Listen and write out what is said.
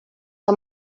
que